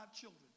children